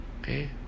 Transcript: Okay